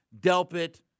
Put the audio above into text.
Delpit